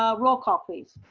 ah roll call please.